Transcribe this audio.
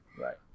Right